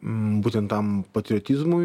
būtent tam patriotizmui